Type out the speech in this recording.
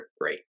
great